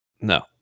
No